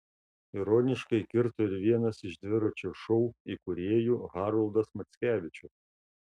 ironiškai kirto ir vienas iš dviračio šou įkūrėjų haroldas mackevičius